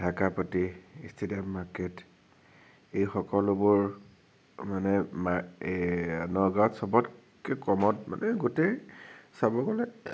ঢাকা পতি stadium market এই সকলোবোৰ মানে মা এই নগাঁৱত চবতকে কমত মানে গোটেই চাব গ'লে